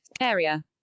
area